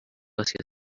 hacia